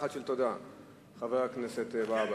חבר הכנסת והבה.